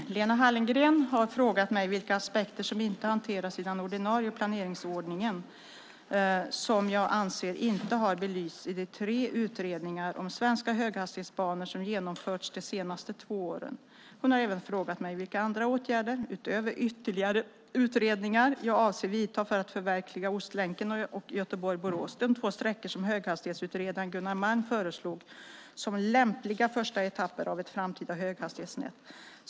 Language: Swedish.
Fru talman! Lena Hallengren har frågat mig vilka aspekter som inte hanteras i den ordinarie planeringsordningen - förstudier, järnvägsutredningar, järnvägsplaner och kommunala detaljplaner - som jag anser inte har belysts i de tre utredningar om svenska höghastighetsbanor som genomförts de senaste två åren. Hon har även frågat mig vilka andra åtgärder, utöver ytterligare utredningar, jag avser att vidta för att förverkliga Ostlänken och Göteborg-Borås, de två sträckor som höghastighetsutredaren Gunnar Malm föreslog som lämpliga första etapper av ett framtida höghastighetsnät.